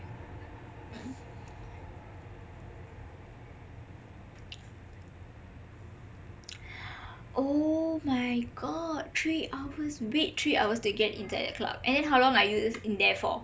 oh my god three hours wait three hours to get inside the club and then how long are you in there for